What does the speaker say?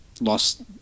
lost